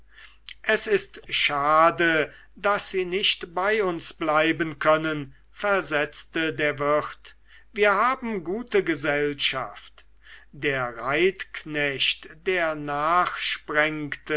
es ist schade daß sie nicht bei uns bleiben können versetzte der wirt wir haben gute gesellschaft der reitknecht der